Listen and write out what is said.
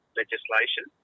legislation